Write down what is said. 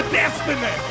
destiny